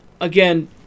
Again